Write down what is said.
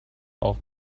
auch